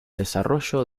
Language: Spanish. desarrollo